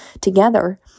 together